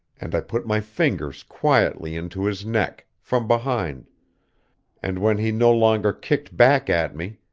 and i put my fingers quietly into his neck, from behind and when he no longer kicked back at me,